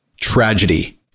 tragedy